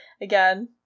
again